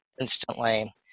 instantly